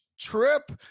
trip